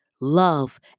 love